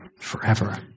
Forever